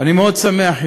אני מאוד שמח,